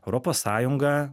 europos sąjunga